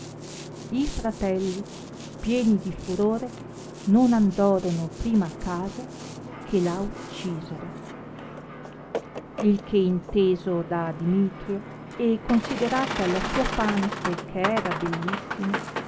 i fratelli pieni di furore non andorono prima a casa che la uccisero il che inteso da dimitrio e considerata la sua fante che era bellissima